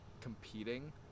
competing